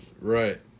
Right